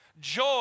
Joy